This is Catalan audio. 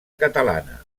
catalana